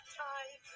time